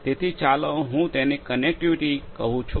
તેથી ચાલો હું તેને કનેક્ટિવિટી કહું છું